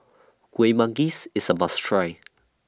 Kueh Manggis IS A must Try